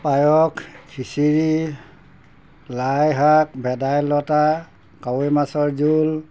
পায়স খিচিৰি লাই শাক ভেদাইলতা কাৱৈ মাছৰ জোল